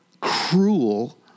cruel